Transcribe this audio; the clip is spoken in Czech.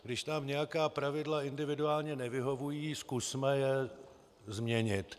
Když nám nějaká pravidla individuálně nevyhovují, zkusme je změnit.